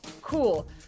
Cool